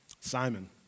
Simon